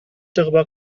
darüber